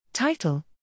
Title